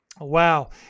Wow